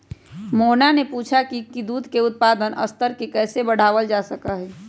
मोहना ने पूछा कई की दूध के उत्पादन स्तर के कैसे बढ़ावल जा सका हई?